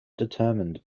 determined